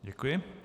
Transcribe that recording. Děkuji.